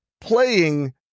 playing